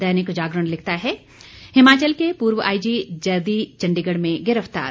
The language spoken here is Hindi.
दैनिक जागरण लिखता है हिमाचल के पूर्व आईजी जैदी चंडीगढ़ में गिरफ्तार